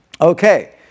Okay